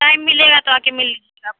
time مِلے گا تو آ کے مِل لیجیے گا آپ